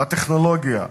בטכנולוגיה.